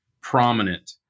prominent